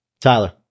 Tyler